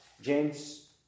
James